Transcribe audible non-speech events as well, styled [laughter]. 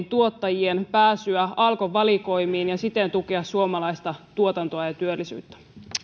[unintelligible] tuottajien pääsyä alkon valikoimiin ja siten tukea suomalaista tuotantoa ja työllisyyttä